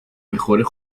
mejores